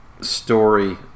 story